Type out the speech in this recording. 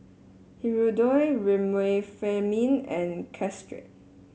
Hirudoid Remifemin and Caltrate